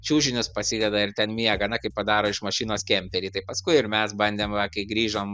čiužinius pasideda ir ten miega na kai padaro iš mašinos kemperį tai paskui ir mes bandėm va kai grįžom